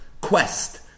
quest